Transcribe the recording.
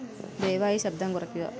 ദയവായി ശബ്ദം കുറയ്ക്കുക